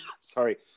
Sorry